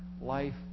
Life